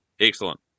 Excellent